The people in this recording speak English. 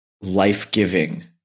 life-giving